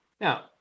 Now